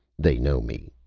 they know me,